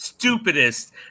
stupidest